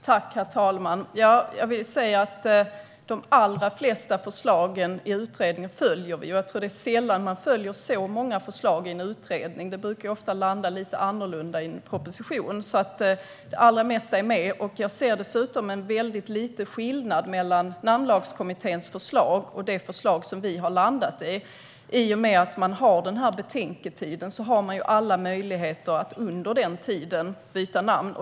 Herr talman! Jag vill säga att vi följer de allra flesta förslagen i utredningen. Jag tror att det är sällan man följer så många förslag i en utredning; det brukar ofta landa lite annorlunda i en proposition. Det allra mesta är alltså med, och jag ser dessutom en väldigt liten skillnad mellan Namnlagskommitténs förslag och det förslag vi har landat i. I och med betänketiden finns ju alla möjligheter att under den tiden byta namn.